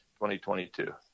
2022